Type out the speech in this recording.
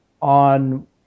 on